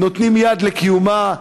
נותנים יד לקיומה.